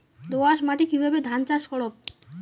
দোয়াস মাটি কিভাবে ধান চাষ করব?